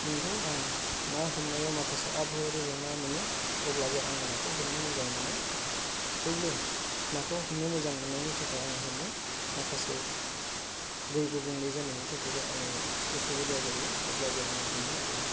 नंगौ आं ना हमनायाव माखासे आबहावायारि जेंना मोनो अब्लाबो आङो नाखौ हमनो मोजां मोनो थेवबो नाखौ हमनो मोजां मोननायनि थाखाय आं हमो माखासे दै गुबुंले जानायनि थाखायबो इसे उसुबिदा जायो अब्लाबो आङो हमो आरो नाखौ